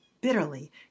bitterly